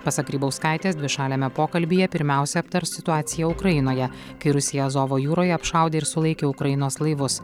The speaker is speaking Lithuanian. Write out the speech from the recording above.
pasak grybauskaitės dvišaliame pokalbyje pirmiausia aptars situaciją ukrainoje kai rusija azovo jūroje apšaudė ir sulaikė ukrainos laivus